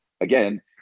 again